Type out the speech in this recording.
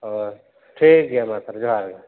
ᱦᱳᱭ ᱴᱷᱤᱠ ᱜᱮᱭᱟ ᱢᱟ ᱛᱟᱦᱚᱞᱮ ᱦᱚᱦᱟᱨ ᱜᱮ